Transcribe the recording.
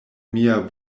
mia